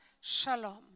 Shalom